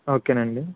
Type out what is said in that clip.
okay అండి